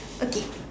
okay